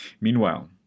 Meanwhile